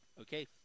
Okay